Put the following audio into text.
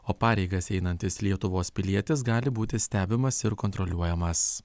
o pareigas einantis lietuvos pilietis gali būti stebimas ir kontroliuojamas